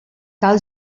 cal